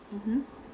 mmhmm